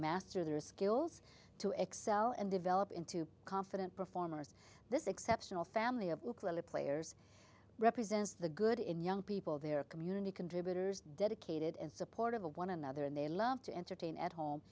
master the risk ills to excel and develop into confident performers this exceptional family of players represents the good in young people their community contributors dedicated and supportive of one another and they love to entertain at home